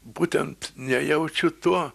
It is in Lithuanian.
būtent nejaučiu to